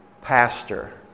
pastor